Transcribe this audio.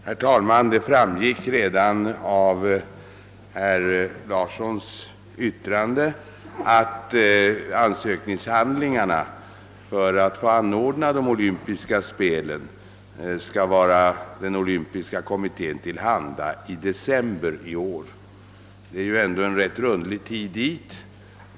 Herr talman! Det framgick av herr Larssons i Norderön anförande att ansökan om att få anordna de olympiska spelen skall vara Internationella olympiska kommittén till handa i december i år. Det är ju ändå en rätt rundlig tid dit.